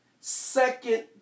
second